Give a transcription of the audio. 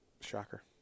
Shocker